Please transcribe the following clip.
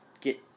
get